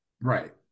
Right